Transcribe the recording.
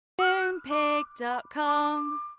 Moonpig.com